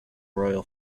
royal